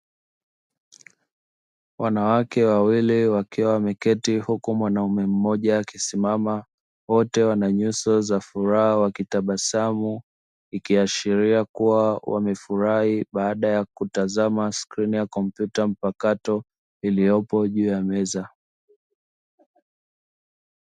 Wanawake wawili wakiwa wameketi huku mwanaume mmoja akisimama wote wana nyuso za furaha wakitabasamu ikihashiria kua wamefurahi baada ya kutazama skirini ya kompyuta mpakato iliyopo juu ya meza.